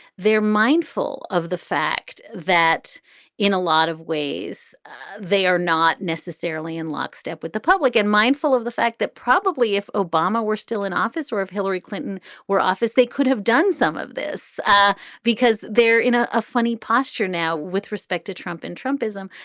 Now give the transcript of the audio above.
they're mindful of the fact that in a lot of ways they are not necessarily in lockstep with the public and mindful of the fact that probably if obama were still in office or if hillary clinton were office, they could have done some of this ah because they're in ah a funny posture now with respect to trump and trump ism.